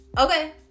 okay